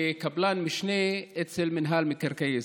כקבלן משנה אצל מינהל מקרקעי ישראל.